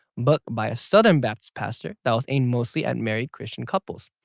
but by a southern baptist pastor that was aimed mostly at married christian couples.